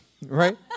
Right